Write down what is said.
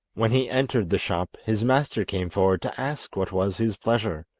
when he entered the shop, his master came forward to ask what was his pleasure,